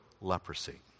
leprosy